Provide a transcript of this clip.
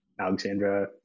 Alexandra